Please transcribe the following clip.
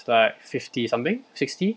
it's like fifty something sixty